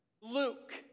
Luke